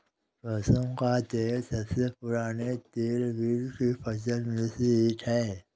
कुसुम का तेल सबसे पुराने तेलबीज की फसल में से एक है